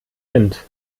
wind